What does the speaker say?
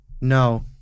No